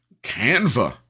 Canva